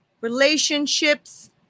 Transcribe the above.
relationships